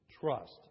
trust